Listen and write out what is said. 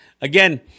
Again